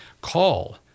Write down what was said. call